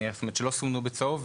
שלא סומנו בצהוב,